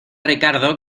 ricardo